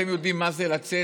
אתם יודעים מה זה לצאת?